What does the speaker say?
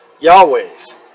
Yahweh's